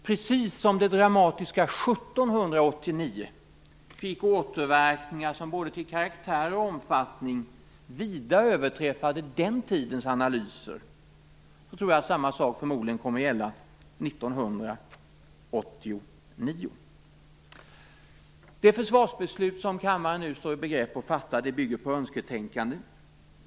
Precis som det dramatiska 1789 fick återverkningar som både till karaktär och omfattning vida överträffade den tidens analyser tror jag att samma sak förmodligen kommer att gälla 1989. Det försvarsbeslut som kammaren nu står i begrepp att fatta bygger på önsketänkande.